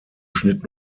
schnitt